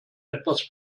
etwas